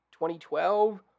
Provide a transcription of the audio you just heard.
2012